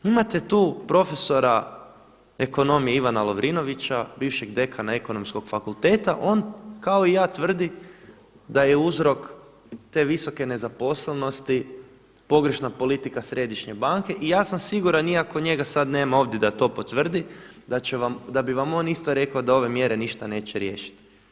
Imate tu profesora ekonomije Ivana Lovrinovića, bivšeg dekana Ekonomskog fakulteta, on kao i ja tvrdi da je uzrok te visoke nezaposlenosti pogrešna politika središnje banke i ja sam siguran iako njega sada nema ovdje da to potvrdi da bi vam on isto rekao da ove mjere ništa neće riješiti.